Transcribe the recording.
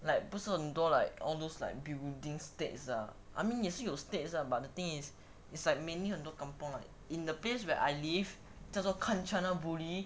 like 不是很多 like all those like building states err I mean 也是有 states lah but the thing is it's like mainly 很多 kampung like in the place where I live 叫做 kanchanaburi